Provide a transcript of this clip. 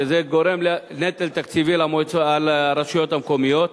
שכן זה גורם נטל תקציבי על הרשויות המקומיות,